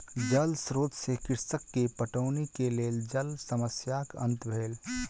जल स्रोत से कृषक के पटौनी के लेल जल समस्याक अंत भेल